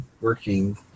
working